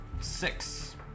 Six